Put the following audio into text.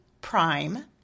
Prime